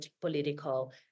political